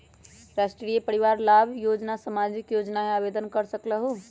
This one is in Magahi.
राष्ट्रीय परिवार लाभ योजना सामाजिक योजना है आवेदन कर सकलहु?